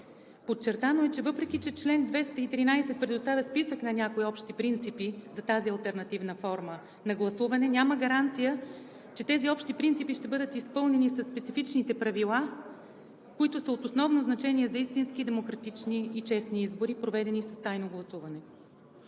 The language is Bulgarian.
Подчертано е, че въпреки че чл. 213 предоставя списък на някои общи принципи за тази алтернативна форма на гласуване, няма гаранция, че тези общи принципи ще бъдат изпълнени със специфичните правила, които са от основно значение за истински демократични и честни избори, проведени с тайно гласуване.